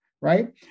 right